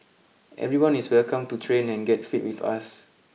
everyone is welcome to train and get fit with us